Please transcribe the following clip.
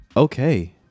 Okay